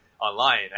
online